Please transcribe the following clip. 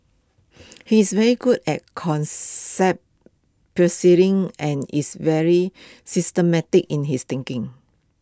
he is very good at and is very systematic in his thinking